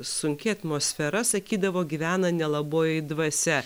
sunki atmosfera sakydavo gyvena nelaboji dvasia